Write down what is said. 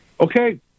Okay